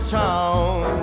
town